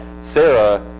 Sarah